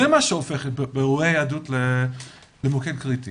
זה מה שהופך את בירורי היהדות למוקד קריטי